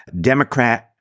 Democrat